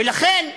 ולכן,